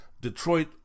Detroit